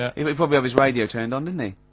ah he probably have his radio turned on, didn't he.